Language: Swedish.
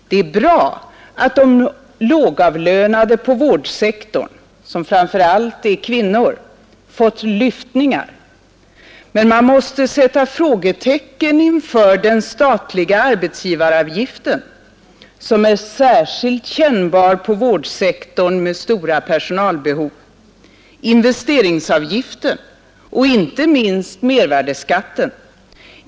Det är bra att de lågavlönade på vårdsektorn — som framför allt är kvinnor — fått lyftningar, men man måste sätta frågetecken inför den statliga arbetsgivaravgiften, som är särskilt kännbar på vårdsektorn med stora personalbehov — investeringsavgiften och inte minst mervärdeskatten.